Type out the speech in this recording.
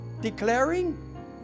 declaring